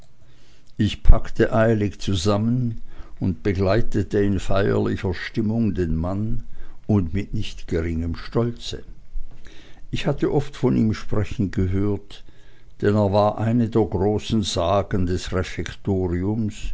ich packte eilig zusammen und begleitete in feierlicher stimmung den mann und mit nicht geringem stolze ich hatte oft von ihm sprechen gehört denn er war eine der großen sagen des refektoriums